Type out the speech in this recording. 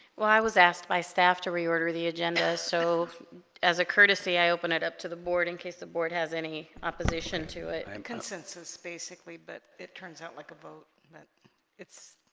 well i was asked by staff to reorder the agenda so as a courtesy i open it up to the board in case the board has any opposition to it and consensus basically but it turns out like a vote